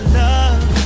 love